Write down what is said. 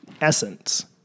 essence